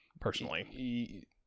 personally